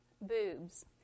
boobs